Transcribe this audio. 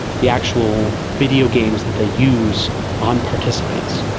the actual videogames that they use on participants.